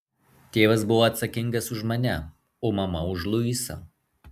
tėvas buvo atsakingas už mane o mama už luisą